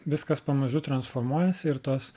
viskas pamažu transformuojasi ir tos